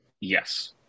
Yes